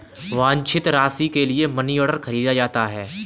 वांछित राशि के लिए मनीऑर्डर खरीदा जाता है